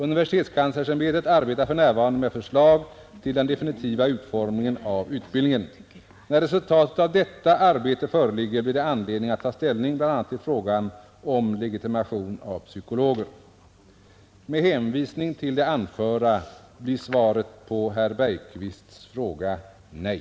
Universitetskanslersämbetet arbetar för närvarande med förslag till den definitiva utformningen av utbildningen. När resultatet av detta arbete föreligger blir det anledning att ta ställning bl.a. till frågan om legitimation av psykologer. Med hänvisning till det anförda blir svaret på herr Bergqvists fråga nej.